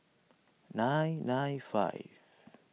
nine nine five